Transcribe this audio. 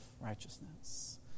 righteousness